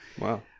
Wow